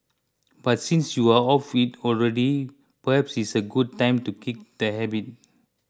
but since you are off it already perhaps it's a good time to kick the habit